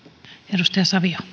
arvoisa